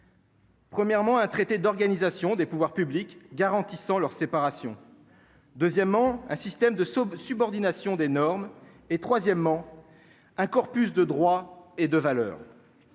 Premièrement, un traité d'organisation des pouvoirs publics garantissant leur séparation. Deuxièmement, un système de subordination des normes et troisièmement, un corpus de droits et de valeurs,